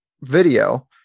video